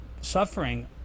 suffering